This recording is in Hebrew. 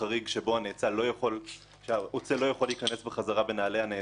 שבו האוצל אינו יכול להיכנס חזרה בנעלי הנאצל.